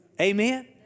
Amen